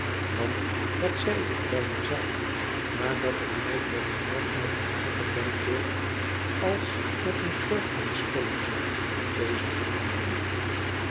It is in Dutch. want wat zei ik bij mij zelf nadat ik mij voor de grap met dat gekke denkbeeld als met een soort van spelletje had bezig gehouden